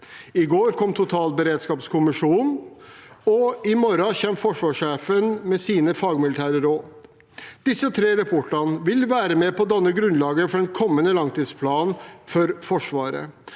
I går kom totalberedskapskommisjonen, og i morgen kommer forsvarssjefen med sine fagmilitære råd. Disse tre rapportene vil være med på å danne grunnlaget for den kommende langtidsplanen for Forsvaret,